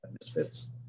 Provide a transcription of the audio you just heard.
Misfits